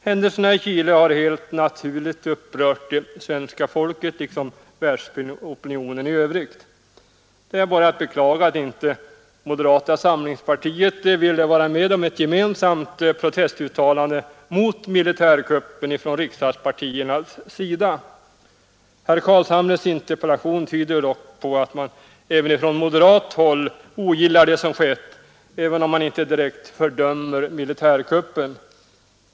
Händelserna i Chile har helt naturligt upprört det svenska folket liksom världsopinionen i övrigt. Det är bara att beklaga att inte moderata samlingspartiet ville vara med om ett gemensamt protestuttalande mot militärkuppen från riksdagspartiernas sida. Herr Carlshamres interpellation tyder dock på att man även från moderat håll ogillar det som skett, även om man inte direkt fördömer militärkuppen.